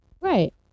Right